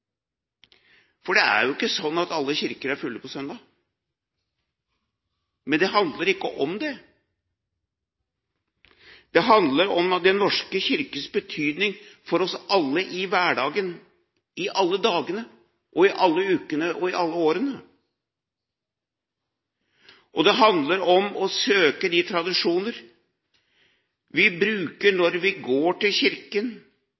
for det er ikke slik at alle kirker er fulle på søndag. Men det handler ikke om det. Det handler om Den norske kirkes betydning for oss alle i hverdagen, alle dagene, alle ukene og alle årene. Og det handler om tradisjoner vi søker når vi går til kirken,